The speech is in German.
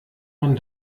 man